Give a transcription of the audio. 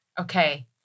Okay